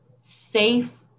safe